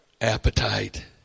appetite